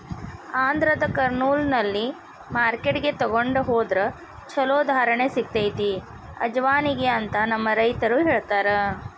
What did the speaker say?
ಆಂಧ್ರದ ಕರ್ನೂಲ್ನಲ್ಲಿನ ಮಾರ್ಕೆಟ್ಗೆ ತೊಗೊಂಡ ಹೊದ್ರ ಚಲೋ ಧಾರಣೆ ಸಿಗತೈತಿ ಅಜವಾನಿಗೆ ಅಂತ ನಮ್ಮ ರೈತರು ಹೇಳತಾರ